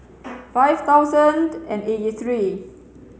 five thousand and eighty three